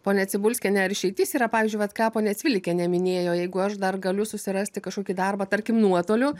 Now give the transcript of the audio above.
ponia cibulskiene ar išeitis yra pavyzdžiui vat ką ponia cvilikienė minėjo jeigu aš dar galiu susirasti kažkokį darbą tarkim nuotoliu